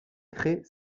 crée